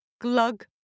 glug